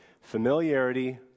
Familiarity